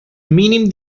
mínim